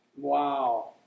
Wow